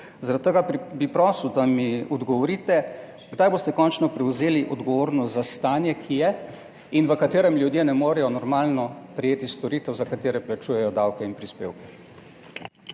Zaradi tega bi prosil, da mi odgovorite: Kdaj boste končno prevzeli odgovornost za stanje, ki je in v katerem ljudje ne morejo normalno prejeti storitev, za katere plačujejo davke in prispevke?